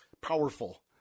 powerful